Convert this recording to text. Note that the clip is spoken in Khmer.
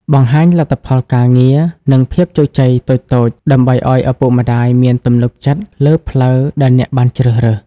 បង្ហាញលទ្ធផលការងារ និងភាពជោគជ័យតូចៗ ដើម្បីឱ្យឪពុកម្តាយមានទំនុកចិត្តលើផ្លូវដែលអ្នកបានជ្រើសរើស។